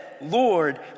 Lord